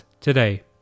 today